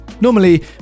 Normally